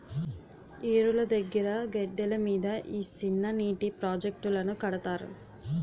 ఏరుల దగ్గిర గెడ్డల మీద ఈ సిన్ననీటి ప్రాజెట్టులను కడతారు